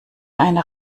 einer